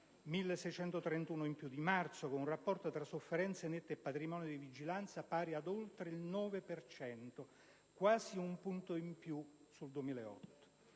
(1.631 in più di marzo 2009), con un rapporto tra sofferenze nette e patrimonio di vigilanza pari ad oltre il 9 per cento, quasi un punto in più sul 2008.